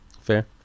fair